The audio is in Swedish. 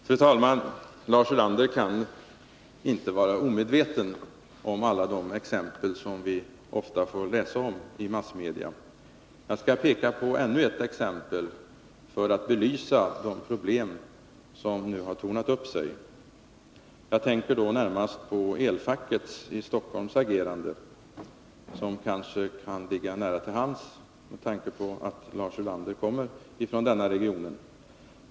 Fru talman! Lars Ulander kan inte vara omedveten om alla de exempel som vi ofta får läsa om i massmedia. Jag skall peka på ännu ett exempel för att belysa de problem som nu tornat upp sig. Jag tänker då närmast på elfackets i Stockholm agerande, ett exempel som kan ligga nära till hands med tanke på att Lars Ulander kommer från denna region.